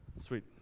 Sweet